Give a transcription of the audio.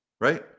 Right